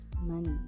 money